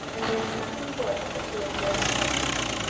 and there was nothing for him but to endure his questions.